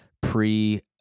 pre